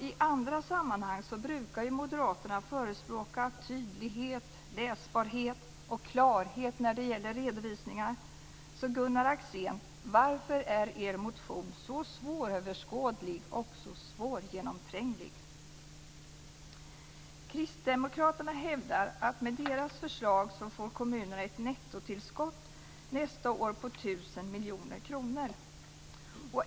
I andra sammanhang brukar ju Moderaterna förespråka tydlighet, läsbarhet och klarhet när det gäller redovisningar. Så varför, Gunnar Axén, är er motion så svåröverskådlig och svårgenomtränglig? Kristdemokraterna hävdar att kommunerna med deras förslag nästa år får ett nettotillskott på 1 000 miljoner kronor.